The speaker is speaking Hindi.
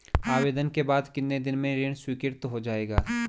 आवेदन के बाद कितने दिन में ऋण स्वीकृत हो जाएगा?